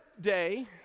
day